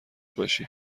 باشی